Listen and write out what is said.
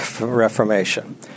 Reformation